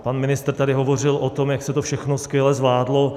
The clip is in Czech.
Pan ministr tady hovořil o tom, jak se to všechno skvěle zvládlo.